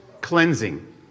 cleansing